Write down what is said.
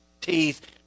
teeth